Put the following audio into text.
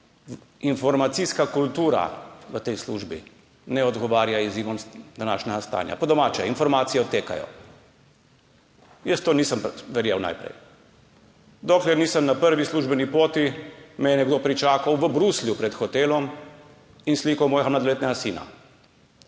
informacijska kultura v tej službi ne odgovarja izzivom današnjega stanja, po domače, informacije odtekajo. Jaz tega nisem verjel najprej, dokler me ni na prvi službeni poti nekdo pričakal v Bruslju pred hotelom in slikal mojega mladoletnega sina.